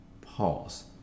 Pause